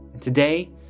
Today